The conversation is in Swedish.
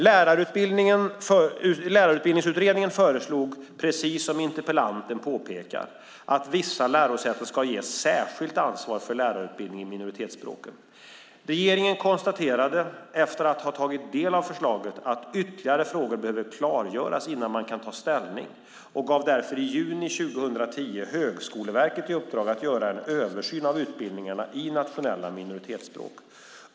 Lärarutbildningsutredningen föreslog, precis som interpellanten påpekar, att vissa lärosäten ska ges särskilt ansvar för lärarutbildning i minoritetsspråken. Regeringen konstaterade, efter att ha tagit del av förslaget, att ytterligare frågor behöver klargöras innan man kan ta ställning och gav därför i juni 2010 Högskoleverket i uppdrag att göra en översyn av utbildningarna i nationella minoritetsspråk.